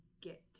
get